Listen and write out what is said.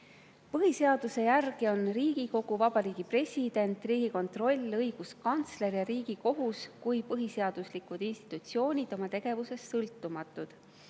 järgi on Riigikogu, Vabariigi President, Riigikontroll, õiguskantsler ja Riigikohus kui põhiseaduslikud institutsioonid oma tegevuses sõltumatud.